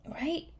Right